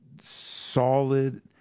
solid